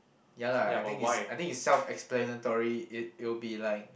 ya lah I think is I think is self explanatory it it'll be like